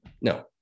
No